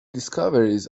discoveries